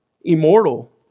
immortal